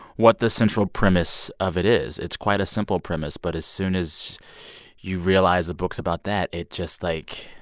what the central premise of it is. it's quite a simple premise. but as soon as you realize the book's about that, it just, like.